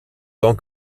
tant